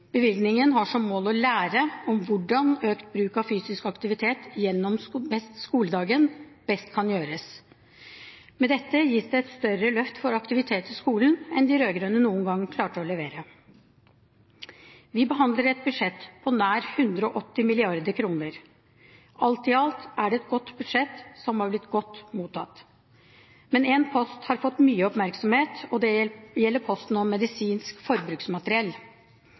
bevilgningen er å lære hvordan det er best å øke bruken av fysisk aktivitet gjennom skoledagen. Med dette gis det et større løft for aktivitet i skolen enn det de rød-grønne noen gang klarte å levere. Vi behandler et budsjett på nær 180 mrd. kr. Alt i alt er det et godt budsjett, som har blitt godt mottatt. Men én post har fått mye oppmerksomhet, og det gjelder posten om medisinsk forbruksmateriell.